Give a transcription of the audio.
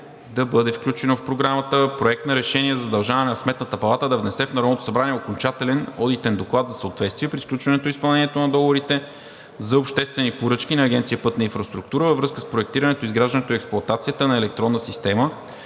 да бъде включен в Програмата Проект на решение за задължаване на Сметната палата да внесе в Народното събрание окончателен Одитен доклад за съответствие при сключването и изпълнението на договорите за обществени поръчки на Агенция „Пътна инфраструктура“ във връзка с проектирането, изграждането и експлоатацията на електронна система